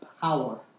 power